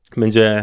będzie